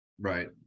right